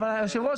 היו"ר,